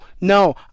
No